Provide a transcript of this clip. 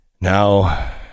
Now